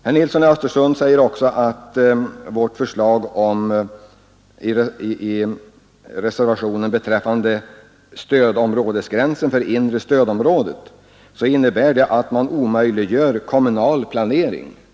Herr Nilsson i Östersund säger också att vårt förslag i reservation 10 beträffande gränsen för inre stödområdet innebär att man omöjliggör kommunal planering.